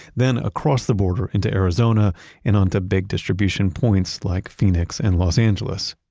then across the border into arizona and on to big distribution points like phoenix and los angeles.